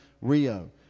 Rio